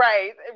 Right